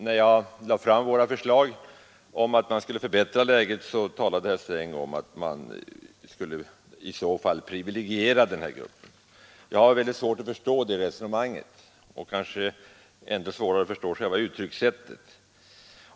När jag lade fram våra förslag om hur man skulle förbättra läget talade herr Sträng om att man i så fall skulle privilegiera den här gruppen. Jag har svårt att förstå det resonemanget och kanske ännu svårare att förstå själva uttryckssättet.